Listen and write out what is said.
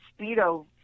Speedo